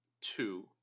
two